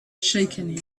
shaken